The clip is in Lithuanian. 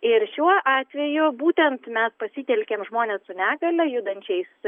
ir šiuo atveju būtent mes pasitelkėm žmones su negalia judančiais